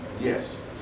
yes